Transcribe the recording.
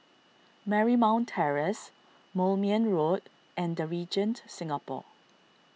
Marymount Terrace Moulmein Road and the Regent Singapore